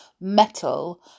metal